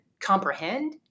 comprehend